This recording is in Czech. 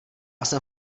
jsem